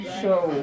show